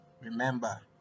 Remember